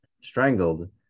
strangled